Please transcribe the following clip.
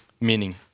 meaning